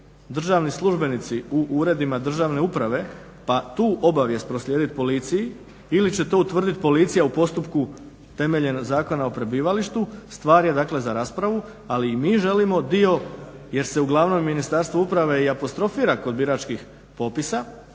državni službenici u uredima državne uprave pa tu obavijest proslijedit policiji ili će to utvrdit policija u postupku temeljem Zakona o prebivalištu. Stvar je dakle za raspravu ali i mi želimo dio jer se uglavnom Ministarstvo uprave i apostrofira kod biračkih popisa